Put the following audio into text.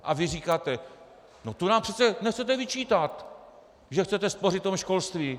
A vy říkáte: No to nám přece nechcete vyčítat, že chcete spořit v tom školství!